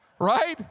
Right